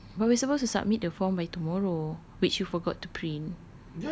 next week but we supposed to submit the form by tomorrow which you forgot to print